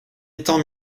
étant